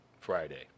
Friday